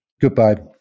Goodbye